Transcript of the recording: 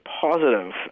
positive